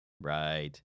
Right